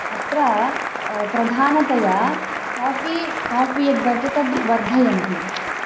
अत्र प्रधानतया काफ़ी काफ़ि यद् वर्तते तद् वर्धयन्ति